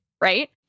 right